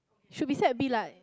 should be set B lah